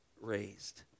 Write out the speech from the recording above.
raised